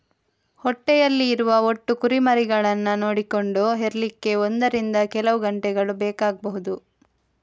ಹೊಟ್ಟೆಯಲ್ಲಿ ಇರುವ ಒಟ್ಟು ಕುರಿಮರಿಗಳನ್ನ ನೋಡಿಕೊಂಡು ಹೆರ್ಲಿಕ್ಕೆ ಒಂದರಿಂದ ಕೆಲವು ಗಂಟೆಗಳು ಬೇಕಾಗ್ಬಹುದು